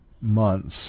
months